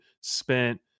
spent